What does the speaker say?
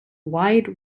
wide